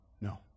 no